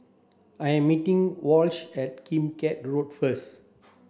I am meeting Wash at Kim Keat Road first